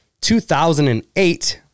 2008